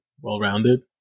well-rounded